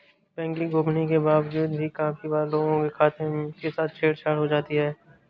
banking गोपनीयता के बावजूद भी काफी बार लोगों के खातों के साथ छेड़ छाड़ हो जाती है